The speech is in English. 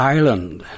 Island